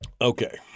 Okay